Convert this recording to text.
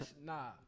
nah